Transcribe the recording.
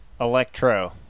Electro